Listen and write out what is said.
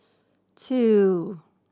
two